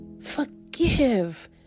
Forgive